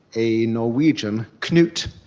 a norwegian, knut,